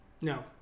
No